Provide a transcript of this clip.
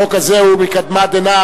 החוק הזה הוא מקדמת דנא.